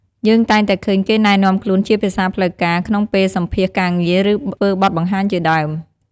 យើងតែងតែឃើញគេណែនាំខ្លួនជាភាសាផ្លូវការ ក្នុងពេលសម្ភាសការងារ ឬធ្វើបទបង្ហាញជាដើម។